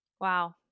Wow